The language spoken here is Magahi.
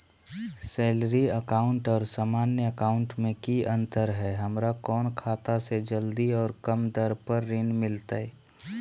सैलरी अकाउंट और सामान्य अकाउंट मे की अंतर है हमरा कौन खाता से जल्दी और कम दर पर ऋण मिलतय?